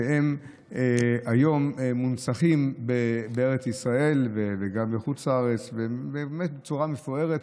והם היום מונצחים בארץ ישראל וגם בחוץ לארץ בצורה מפוארת,